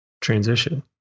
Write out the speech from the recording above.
transition